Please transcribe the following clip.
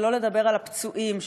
שלא לדבר על הפצועים,